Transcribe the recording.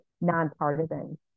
nonpartisan